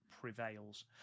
prevails